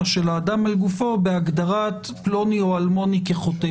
של האדם על גופו בהגדרת פלוני או אלמוני כחוטא.